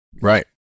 right